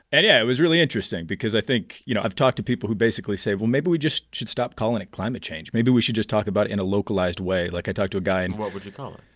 and yeah, it was really interesting because i think, you know, i've talked to people who basically say, well, maybe we just should stop calling it climate change. maybe we should just talk about in a localized way. like, i talked to a guy in. and what would you call it?